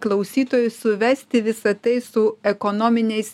klausytojui suvesti visa tai su ekonominiais